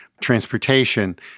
transportation